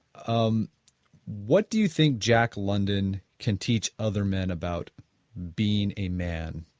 um what do you think jack london can teach other man about being a man?